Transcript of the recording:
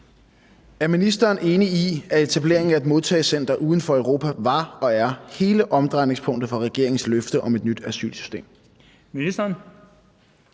Er ministeren enig i, at etableringen af et modtagecenter uden for Europa var og er hele omdrejningspunktet for regeringens løfte om et nyt asylsystem?